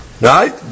Right